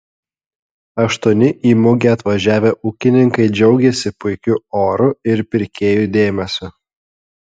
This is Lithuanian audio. aštuoni į mugę atvažiavę ūkininkai džiaugėsi puikiu oru ir pirkėjų dėmesiu